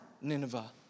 Nineveh